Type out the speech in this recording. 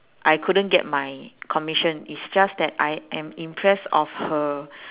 I couldn't get my commission is just that I am impress of her